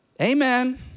Amen